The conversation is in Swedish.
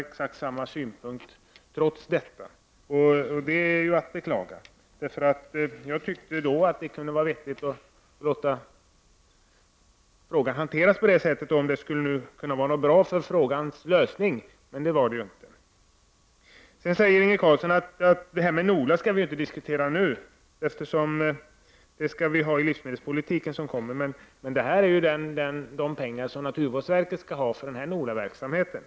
Socialdemokraterna har centralt trots detta exakt samma ståndpunkt, och det är att beklaga. Jag ansåg att det kunde vara riktigt att låta frågan hanteras på detta sätt, eftersom det kunde bidra till frågans lösning. Men det gjorde det inte. Inge Carlsson säger att vi nu inte skall diskutera NOLA-bidragen, eftersom de behandlas i den livsmedelspolitiska proposition som kommer. Men det är här fråga om de pengar som naturvårdsverket skall ha för NOLA verksamheten.